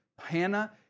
Hannah